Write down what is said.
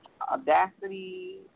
Audacity